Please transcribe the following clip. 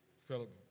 Philip